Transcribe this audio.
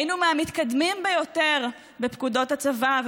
היינו מהמתקדמים ביותר בפקודות הצבא,